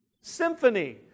Symphony